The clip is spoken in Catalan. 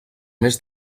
més